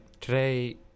today